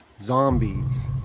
zombies